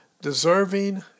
deserving